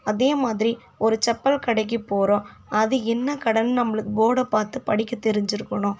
அதே மாதிரி ஒரு செப்பல் கடைக்கு போகிறோம் அது என்ன கடைனு நம்மளுக்கு போர்டை பார்த்து படிக்க தெரிஞ்சிருக்கணும்